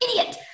idiot